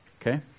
okay